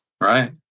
Right